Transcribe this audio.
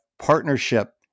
Partnership